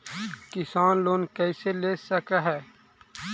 किसान लोन कैसे ले सक है?